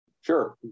sure